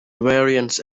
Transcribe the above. variants